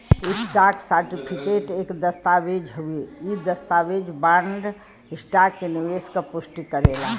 stock certificate एक दस्तावेज़ हउवे इ दस्तावेज बॉन्ड, स्टॉक में निवेश क पुष्टि करेला